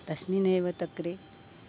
अस्मिन्नेव तक्रे